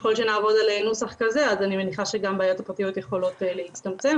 ככל שנעבוד על נוסח כזה אני מניחה שגם בעיות הפרטיות יכולות להצטמצם,